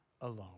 alone